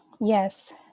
Yes